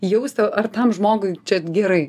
jausti ar tam žmogui čia gerai